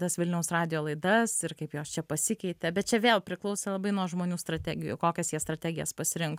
tas vilniaus radijo laidas ir kaip jos čia pasikeitė bet čia vėl priklauso labai nuo žmonių strategijų kokias jie strategijas pasirinko